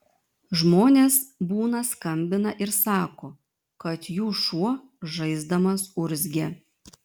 žmonės būna skambina ir sako kad jų šuo žaisdamas urzgia